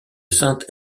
saint